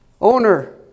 owner